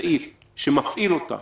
סעיף שמפעיל אותה